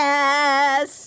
Yes